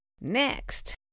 Next